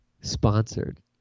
Sponsored